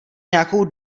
nějakou